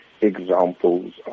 Examples